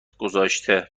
گذاشته